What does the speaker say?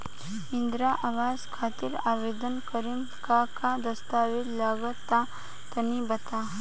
इंद्रा आवास खातिर आवेदन करेम का का दास्तावेज लगा तऽ तनि बता?